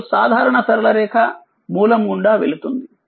మరియు సాధారణ సరళ రేఖ మూలం గుండా వెళుతుంది